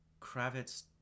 Kravitz